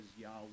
Yahweh